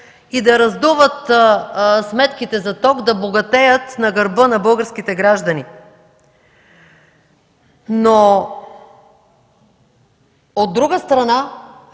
и да раздуват сметките за ток, да богатеят на гърба на българските граждани. От друга страна,